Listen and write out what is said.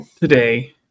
today